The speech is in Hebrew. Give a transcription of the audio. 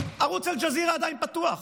ערוץ אל-ג'זירה עדיין פתוח.